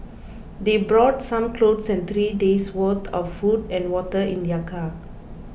they brought some clothes and three days' worth of food and water in their car